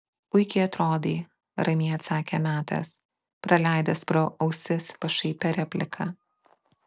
puikiai atrodai ramiai atsakė metas praleidęs pro ausis pašaipią repliką